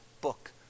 book